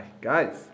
guys